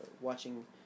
watching